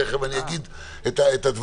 תיכף אני אגיד את הדברים.